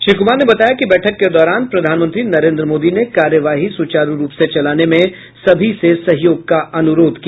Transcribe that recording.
श्री कुमार ने बताया कि बैठक के दौरान प्रधानमंत्री नरेन्द्र मोदी ने कार्यवाही सुचारू रूप से चलाने में सभी से सहयोग का अनुरोध किया